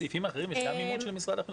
בסעיפים האחרים יש מימון של משרד החינוך?